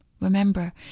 Remember